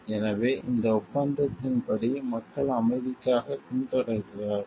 எனவே இந்த ஒப்பந்தத்தின்படி மக்கள் அமைதிக்காகப் பின்தொடர்கிறார்கள்